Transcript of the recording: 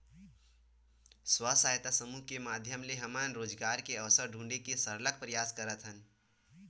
स्व सहायता समूह के माधियम ले हमन रोजगार के अवसर ढूंढे के सरलग परयास करत हन